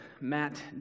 Matt